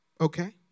Okay